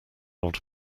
old